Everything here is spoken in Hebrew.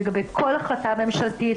לגבי כל החלטה ממשלתית,